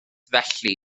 felly